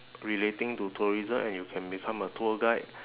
relating to tourism and you can become a tour guide